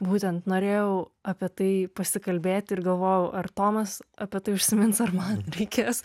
būtent norėjau apie tai pasikalbėti ir galvojau ar tomas apie tai užsimins ar man reikės